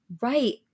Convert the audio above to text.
Right